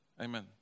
Amen